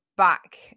back